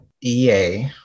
EA